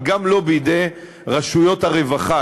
וגם לא בידי רשויות הרווחה,